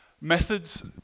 Methods